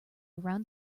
around